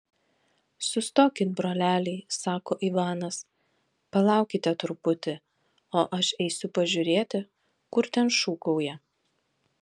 sustokit broleliai sako ivanas palaukite truputį o aš eisiu pažiūrėti kur ten šūkauja